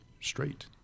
straight